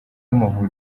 w’amavubi